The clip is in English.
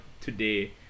today